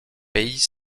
pays